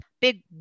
big